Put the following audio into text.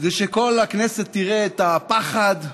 כדי שכל הכנסת תראה את הפחד,